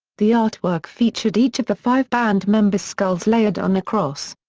the artwork featured each of the five band members' skulls layered on a cross.